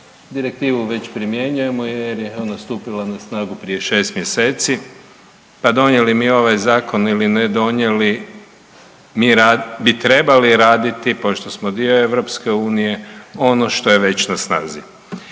Direktivu već primjenjujemo jer je ona stupila na snagu prije 6 mjeseci, pa donijeli mi ovaj Zakon ili ne donijeli mi bi trebali raditi pošto smo dio Europske unije ono što je već na snazi.